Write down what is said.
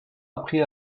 appris